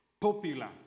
popular